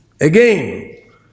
again